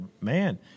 man